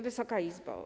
Wysoka Izbo!